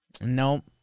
Nope